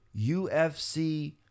UFC